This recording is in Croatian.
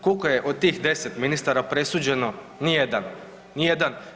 Koliko je od tih 10 ministara presuđeno, nijedan, nijedan.